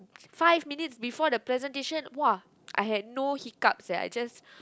five minutes before the presentation !wah! I had no hiccups eh I just